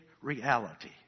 reality